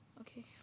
Okay